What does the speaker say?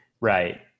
right